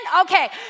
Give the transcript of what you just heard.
okay